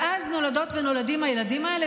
ואז נולדות ונולדים הילדים האלה,